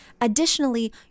additionally